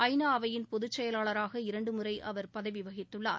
ஐ நா அவையின் பொதுச் செயலாளராக இரண்டு முறை அவர் பதவி வகித்துள்ளார்